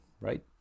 right